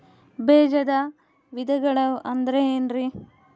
ಬೇಜದ ವಿಧಗಳು ಅಂದ್ರೆ ಏನ್ರಿ?